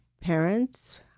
parents